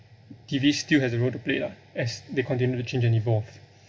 T_V still has a role to play lah as they continue to change and evolve